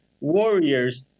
warriors